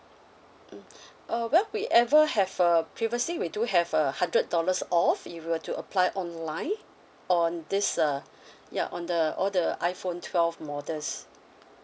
mm uh well we ever have uh previously we do have a hundred dollars off if you were to apply online on this uh ya on the all the iPhone twelve models